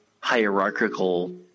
hierarchical